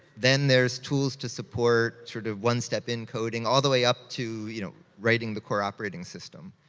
then there's tools to support sort of one step in coding, all the way up to you know writing the core-operating system.